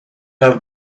have